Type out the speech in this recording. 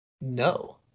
No